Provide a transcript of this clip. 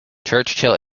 churchill